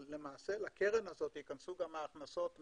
אבל למעשה לקרן הזו ייכנסו גם ההכנסות מהאשלג,